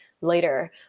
later